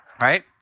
right